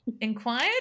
inquired